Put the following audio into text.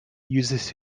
uses